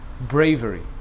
bravery